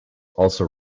also